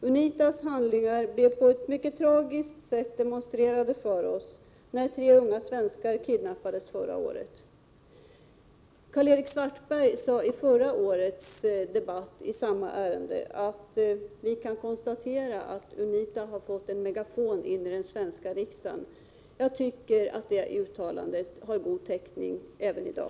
UNITA:s handlingar demonstrerades på ett mycket tragiskt sätt för oss när tre unga svenskar förra året kidnappades. Karl-Erik Svartberg sade i förra årets debatt i samma ärende: Vi kan konstatera att UNITA har fått in en megafon i den svenska riksdagen. Jag tycker att det uttalandet har god täckning än i dag.